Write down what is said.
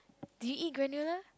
do you eat granola